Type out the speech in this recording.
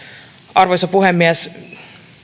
arvoisa puhemies